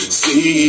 see